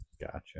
Gotcha